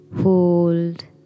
Hold